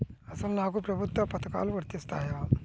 అసలు నాకు ప్రభుత్వ పథకాలు వర్తిస్తాయా?